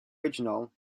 original